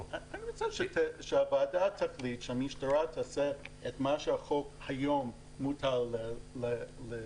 אני רוצה שהוועדה תחליט שהמשטרה תעשה את מה שהחוק מטיל עליה.